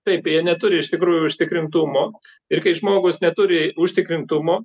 taip tai jie neturi iš tikrųjų užtikrintumo ir kai žmogus neturi užtikrintumo